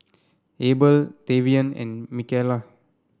Abel Tavian and Micayla